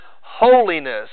holiness